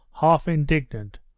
half-indignant